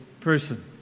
person